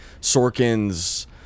Sorkin's